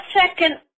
second